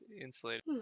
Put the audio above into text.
insulated